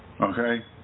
Okay